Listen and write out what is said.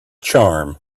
charm